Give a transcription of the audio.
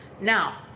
Now